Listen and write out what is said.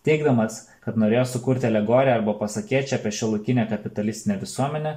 teigdamas kad norėjo sukurti alegoriją arba pasakėčią apie šiuolaikinę kapitalistinę visuomenę